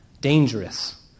dangerous